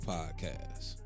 Podcast